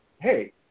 hey